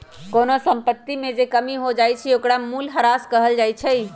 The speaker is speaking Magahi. कोनो संपत्ति में जे कमी हो जाई छई ओकरा मूलहरास कहल जाई छई